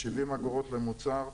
70 אגורות למוצר,